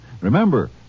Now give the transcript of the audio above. Remember